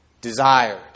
desired